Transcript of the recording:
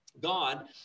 God